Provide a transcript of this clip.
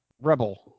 Rebel